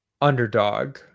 underdog